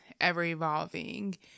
ever-evolving